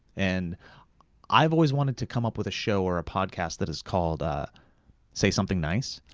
and i've always wanted to come up with a show or a podcast that is called ah say something nice.